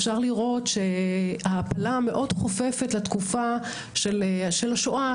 אפשר לראות שההעפלה מאוד חופפת לתקופה של השואה,